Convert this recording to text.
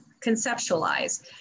conceptualize